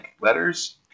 letters